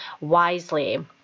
wisely